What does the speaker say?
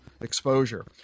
exposure